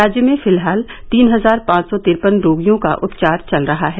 राज्य में फिलहाल तीन हजार पांच सी तिरफन रोगियों का उपचार चल रहा है